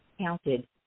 counted